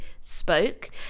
spoke